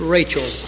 Rachel